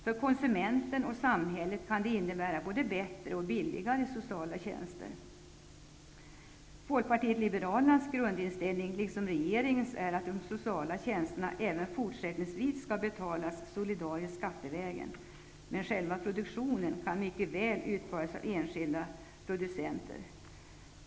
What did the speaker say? För konsumenten och samhället kan det innebära både bättre och billigare sociala tjänster. Folkpartiet liberalernas grundinställning, liksom regeringens, är att de sociala tjänsterna även fortsättningsvis skall betalas solidariskt skattevägen. Men själva produktionen kan mycket väl utföras av enskilda producenter.